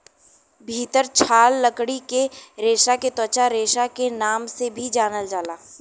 भितर छाल लकड़ी के रेसा के त्वचा रेसा के नाम से भी जानल जाला